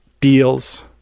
deals